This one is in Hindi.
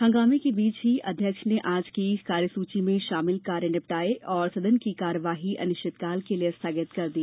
हंगामें के बीच ही अध्यक्ष ने आज की कार्यसुची में शामिल कार्य निपटाये और सदन की कार्यवाही अनिश्चिकाल के लिए स्थगित कर दी